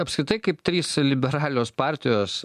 apskritai kaip trys liberalios partijos